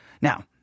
Now